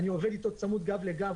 אני עובד איתו צמוד גב לגב.